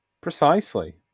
Precisely